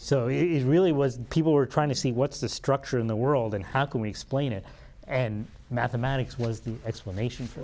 so it really was people were trying to see what's the structure in the world and how can we explain it and mathematics was the explanation for